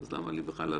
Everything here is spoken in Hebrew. אז למה לי בכלל לשלם?